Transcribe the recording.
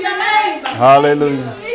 hallelujah